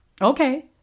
okay